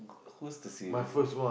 who's the silliest